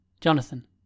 Jonathan